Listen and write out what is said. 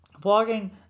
blogging